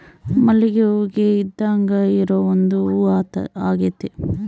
ಮಲ್ಲಿಗೆ ಹೂವಿಗೆ ಇದ್ದಾಂಗ ಇರೊ ಒಂದು ಹೂವಾಗೆತೆ